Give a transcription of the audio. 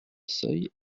seuil